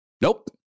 Nope